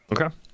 Okay